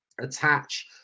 attach